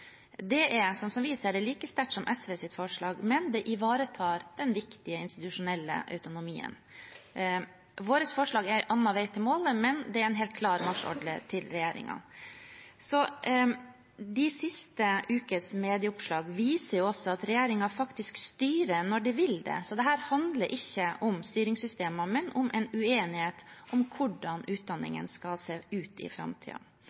Det er, sånn som vi ser det, like sterkt som SVs forslag, men det ivaretar den viktige institusjonelle autonomien. Vårt forslag er en annen vei til målet, men det er en helt klar oppfordring til regjeringen. De siste ukers medieoppslag viser også at regjeringen faktisk styrer når de vil det, så dette handler ikke om styringssystemer, men om en uenighet om hvordan utdanningen skal se ut i